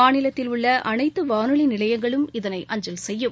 மாநிலத்தில் உள்ள அனைத்து வானொலி நிலையங்களும் இதனை அஞ்சல் செய்யும்